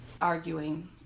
arguing